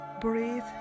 breathe